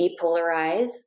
depolarize